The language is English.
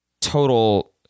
total